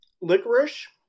Licorice